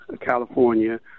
California